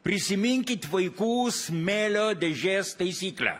prisiminkit vaikų smėlio dėžės taisyklę